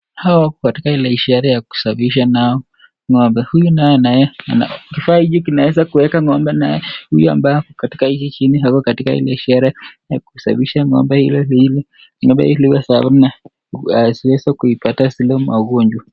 Hawa wako katika ile sherehe ya kusafisha nayo ng'ombe .Huyu naye kifaa hiki kinaweza kueka ng'ombe naye huyu ambao katika hiki kingine ako ike sherehe ya kusafisha ng'ombe ile ,ng'ombe zisiweze kuipata zile magonjwa.